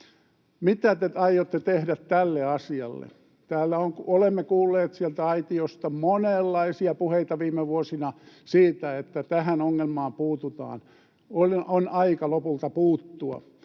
Mitä te aiotte tehdä tälle asialle? Olemme kuulleet sieltä aitiosta monenlaisia puheita viime vuosina siitä, että tähän ongelmaan puututaan. On aika lopulta puuttua.